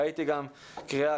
ראיתי קריאה,